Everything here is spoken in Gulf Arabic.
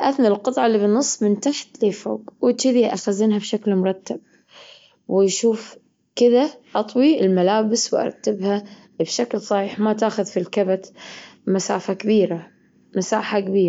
أثنى القطعة اللي بنص من تحت لفوق وشذي أخزنها بشكل مرتب. وشوف كده أطوي الملابس وأرتبها بشكل صحيح ما تأخذ في الكبت مسافة كبيرة مساحة كبيرة.